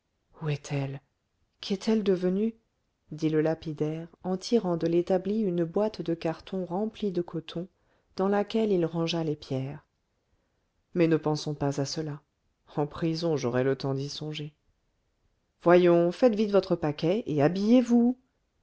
où est-elle qu'est-elle devenue dit le lapidaire en tirant de l'établi une boîte de carton remplie de coton dans laquelle il rangea les pierres mais ne pensons pas à cela en prison j'aurai le temps d'y songer voyons faites vite votre paquet et habillez-vous